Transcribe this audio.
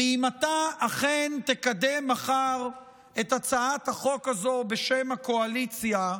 ואם אתה אכן תקדם מחר את הצעת החוק הזו בשם הקואליציה,